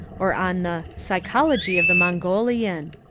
or on the psychology of the mongolian.